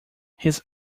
his